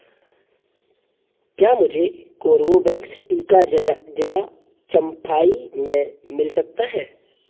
क्या मुझे कोर्बेवैक्स टीका जिला चम्फाई में मिल सकता है